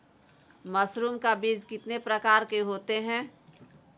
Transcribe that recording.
Mushroom का बीज कितने प्रकार के होते है?